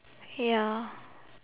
ya